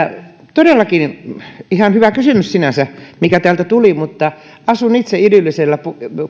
todellakin ihan hyvä kysymys sinänsä mikä täältä tuli mutta asun itse idyllisellä